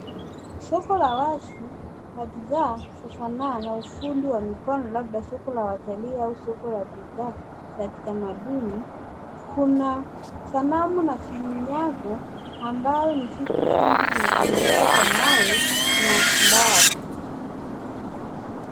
Soko la wazi la bidhaa na sanaa ya kiufundi wa mikono labda soko ya watalii au soko ya bidhaa za kitamaduni. Kuna sanamu na vinyago ambayo ni vitu vingi vimetengenezwa kwa mawe na mbao.